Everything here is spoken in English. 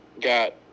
got